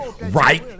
right